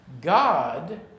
God